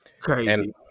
Crazy